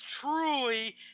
truly